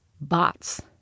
bots